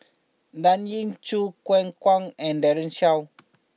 Dan Ying Choo Keng Kwang and Daren Shiau